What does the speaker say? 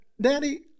Daddy